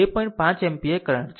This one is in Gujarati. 5 એમ્પીયર કરંટ છે